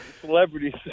celebrities